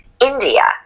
India